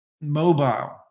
mobile